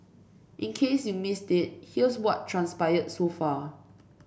in case you missed it here's what transpired so far